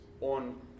on